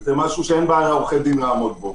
זה משהו שאין בעיה לעורכי הדין לעמוד בו.